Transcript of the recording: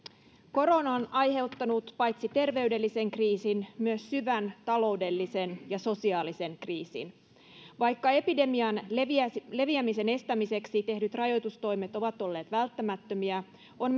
korona on aiheuttanut paitsi terveydellisen kriisin myös syvän taloudellisen ja sosiaalisen kriisin vaikka epidemian leviämisen leviämisen estämiseksi tehdyt rajoitustoimet ovat olleet välttämättömiä on